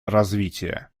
развития